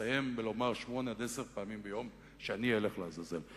יסתיים בלומר שמונה עד עשר פעמים ביום שאני אלך לעזאזל.